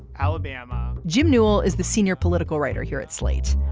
alabama. jim newell is the senior political writer here at slate.